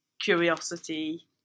curiosity